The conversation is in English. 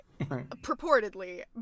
purportedly